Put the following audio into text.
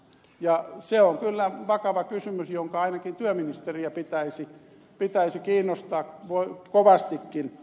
ja se on kyllä vakava kysymys joka ainakin työministeriä pitäisi kiinnostaa kovastikin